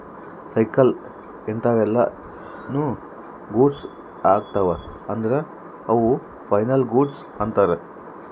cycle ಇಂತವೆಲ್ಲ ನು goods ಅಗ್ತವ ಅದ್ರ ಅವು ಫೈನಲ್ ಗೂಡ್ಸ್ ಅಂತರ್